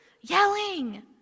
yelling